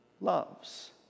loves